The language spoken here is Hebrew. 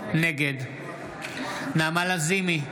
נגד נעמה לזימי,